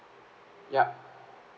yup